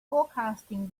forecasting